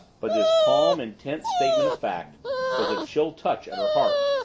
but this calm, intent statement fact was a chill touch at her heart.